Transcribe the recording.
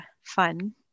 fun